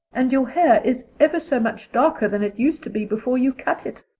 and your hair is ever so much darker than it used to be before you cut it.